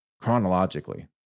chronologically